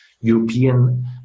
European